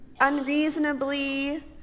unreasonably